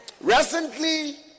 Recently